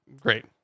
great